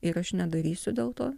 ir aš nedarysiu dėl to